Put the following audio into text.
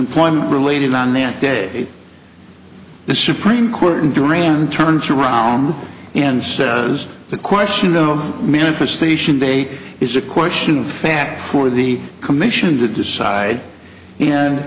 employment related on their day the supreme court and durian turns around and says the question of manifestation date is a question of fact for the commission to decide and